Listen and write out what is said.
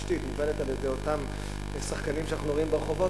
התשתית מובלת על-ידי אותם שחקנים שאנחנו רואים ברחובות,